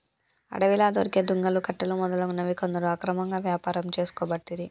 అడవిలా దొరికే దుంగలు, కట్టెలు మొదలగునవి కొందరు అక్రమంగా వ్యాపారం చేసుకోబట్టిరి